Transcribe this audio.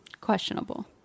questionable